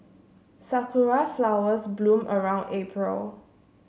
Sakura flowers bloom around April